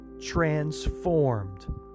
transformed